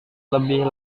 lebih